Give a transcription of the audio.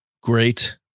great